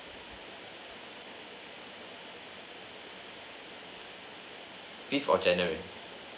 fifth of january